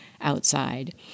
outside